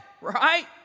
Right